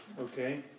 Okay